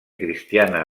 cristiana